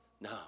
No